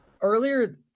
earlier